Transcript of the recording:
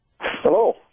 Hello